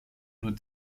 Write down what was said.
nur